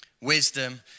Wisdom